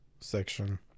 section